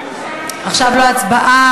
עכשיו לא הצבעה.